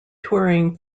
touring